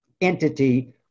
entity